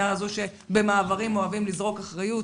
שבמעברים אוהבים לזרוק אחריות